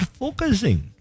focusing